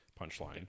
punchline